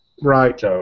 Right